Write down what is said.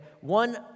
one